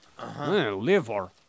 Liver